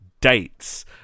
Dates